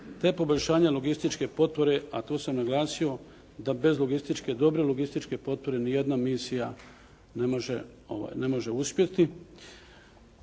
te poboljšanje logističke potpore, a tu sam naglasio da bez dobre logističke potpore ni jedna misija ne može uspjeti.